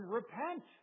repent